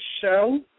show